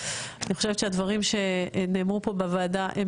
אני חושבת שהדברים שנאמרו פה בוועדה הם